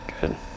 good